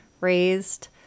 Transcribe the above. raised